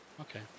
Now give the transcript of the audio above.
Okay